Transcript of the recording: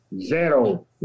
zero